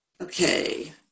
Okay